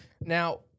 Now